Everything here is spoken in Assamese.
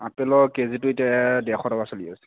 আপেলৰ কেজিটো এতিয়া ডেৰশ টকা চলি আছে